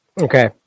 Okay